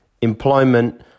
employment